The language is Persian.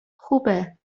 خوبه